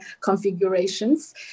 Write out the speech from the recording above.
configurations